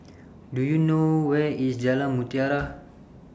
Do YOU know Where IS Jalan Mutiara